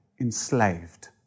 enslaved